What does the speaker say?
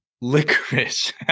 Licorice